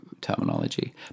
terminology